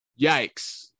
Yikes